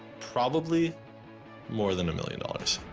probably more than a million dollars.